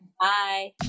Bye